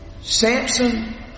Samson